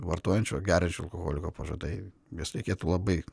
vartojančio geriančio alkoholiko pažadai juos reikėtų labai